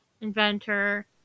inventor